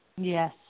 Yes